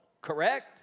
correct